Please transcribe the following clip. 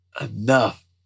enough